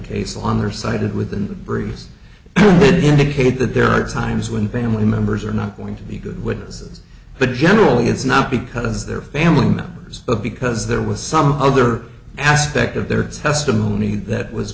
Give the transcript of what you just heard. case on her side and within the briefs indicate that there are times when family members are not going to be good witnesses but generally it's not because they're family members but because there was some other aspect of their testimony that was